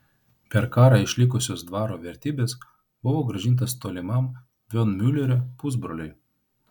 per karą išlikusios dvaro vertybės buvo grąžintos tolimam von miulerio pusbroliui